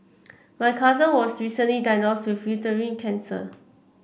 my cousin was recently diagnosed with uterine cancer